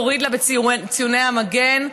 תוריד לה בציוני המגן.